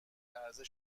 عرضه